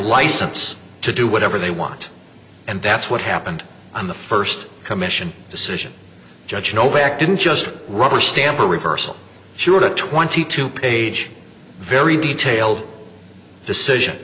license to do whatever they want and that's what happened on the first commission decision judge novak didn't just rubber stamp or reversal sure the twenty two page very detailed decision